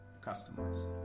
customers